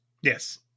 Yes